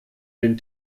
den